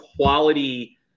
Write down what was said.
quality